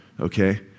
okay